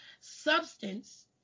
substance